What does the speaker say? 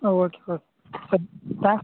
ಹಾಂ okay okay ಸರಿ ತ್ಯಾನ್